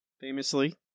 famously